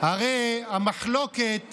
הרי המחלוקת